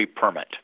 permit